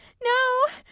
no!